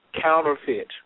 counterfeit